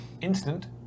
Instant